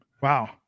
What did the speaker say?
wow